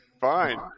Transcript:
Fine